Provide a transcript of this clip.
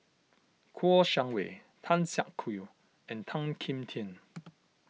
Kouo Shang Wei Tan Siak Kew and Tan Kim Tian